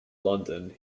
london